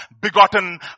begotten